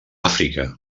àfrica